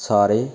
ਸਾਰੇ